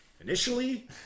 initially